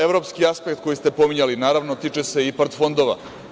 Evropski aspekt koji ste pominjali, naravno tiče se IPARD fondova.